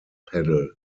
pedal